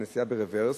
נסיעה ברוורס,